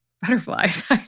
butterflies